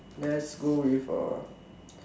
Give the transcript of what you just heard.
let's go with uh